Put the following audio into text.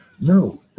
No